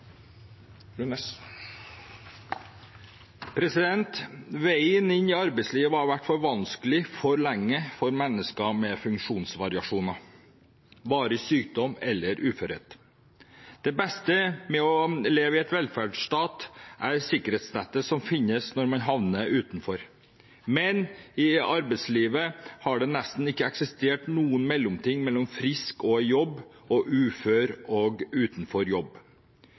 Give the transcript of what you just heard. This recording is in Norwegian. Veien inn i arbeidslivet har vært for vanskelig – for lenge – for mennesker med funksjonsvariasjoner, varig sykdom eller uførhet. Det beste med å leve i en velferdsstat er sikkerhetsnettet som finnes når man havner utenfor, men i arbeidslivet har det nesten ikke eksistert noen mellomting mellom «frisk og i jobb» og «ufør og utenfor jobb».